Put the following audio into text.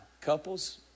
couples